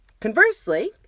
Conversely